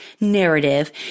narrative